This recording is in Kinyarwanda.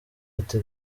ati